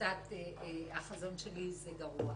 ותפיסת החזון שלי, זה גרוע.